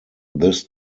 this